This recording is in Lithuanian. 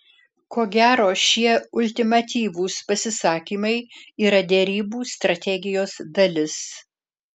ko gero šie ultimatyvūs pasisakymai yra derybų strategijos dalis